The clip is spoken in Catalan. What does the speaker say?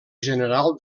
general